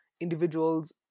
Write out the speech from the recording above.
individuals